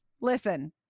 listen